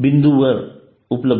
बिंदूवर उपलब्ध आहे